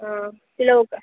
ஆ கிலோவுக்கு